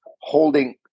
holding